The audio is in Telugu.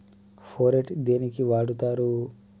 ఫోరెట్ దేనికి వాడుతరు?